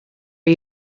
are